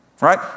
Right